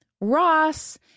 Ross